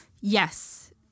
Yes